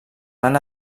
van